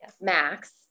max